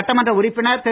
சட்டமன்ற உறுப்பினர் திரு